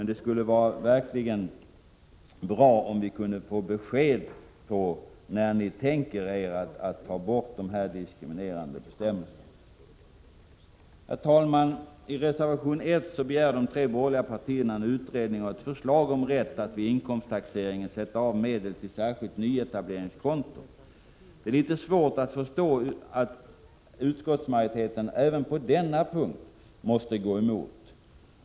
Det skulle verkligen vara bra om vi kunde få besked om när ni tänker ta bort de här diskriminerande bestämmelserna. Herr talman! I reservation 1 begär de tre borgerliga partierna en utredning och ett förslag om rätt att vid inkomsttaxeringen sätta av medel till särskilt nyetableringskonto. Det är litet svårt att förstå att utskottsmajoriteten även på denna punkt måste gå emot.